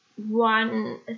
One